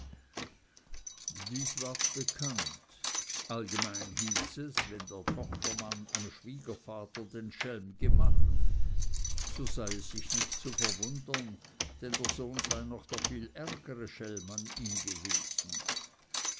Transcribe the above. dies ward bekannt allgemein hieß es wenn der tochtermann am schwiegervater den schelm gemacht so sei es sich nicht zu verwundern denn der sohn sei noch der viel ärgere schelm an ihm gewesen